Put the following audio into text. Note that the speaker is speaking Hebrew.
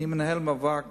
אני מנהל מאבק